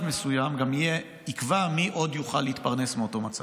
מסוים גם יקבע מי עוד יוכל להתפרנס מאותו מצב.